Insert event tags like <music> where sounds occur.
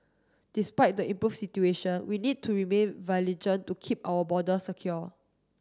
despite the improve situation we need to remain <unintelligible> to keep our border secure